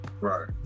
Right